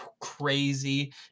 crazy